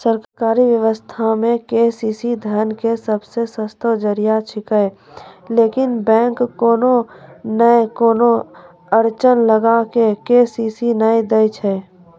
सरकारी व्यवस्था मे के.सी.सी धन के सबसे सस्तो जरिया छिकैय लेकिन बैंक कोनो नैय कोनो अड़चन लगा के के.सी.सी नैय दैय छैय?